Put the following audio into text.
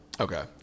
Okay